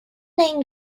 name